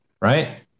right